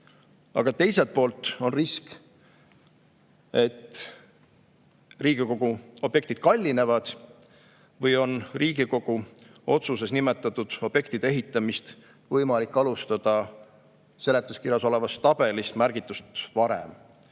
aga teiselt poolt on risk, et Riigikogu objektid kallinevad või on Riigikogu otsuses nimetatud objektide ehitamist võimalik alustada seletuskirjas olevas tabelis märgitust varem.